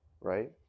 right